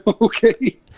Okay